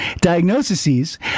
diagnoses